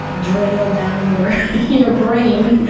drilled down your your brain,